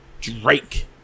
Drake